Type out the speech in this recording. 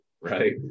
right